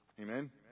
Amen